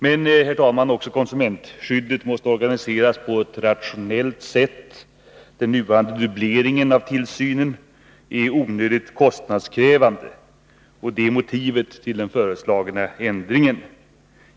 Men, herr talman, också konsumentskyddet måste organiseras på ett rationellt sätt. Den nuvarande dubbleringen av tillsynen är onödigt kostnadskrävande, och det är motivet till den föreslagna ändringen.